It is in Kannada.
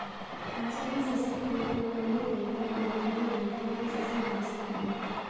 ಖಾಸಗಿ ಸಸಿ ತೋಟಗಳಲ್ಲಿ ತೋಟಗಾರಿಕೆಗೆ ಬೇಕಾದ ಸಸಿ ಬೆಳೆಸ್ತಾರ